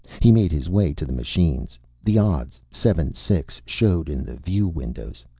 he made his way to the machines. the odds seven six showed in the view windows.